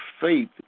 faith